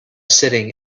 sitting